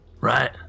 right